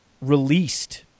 released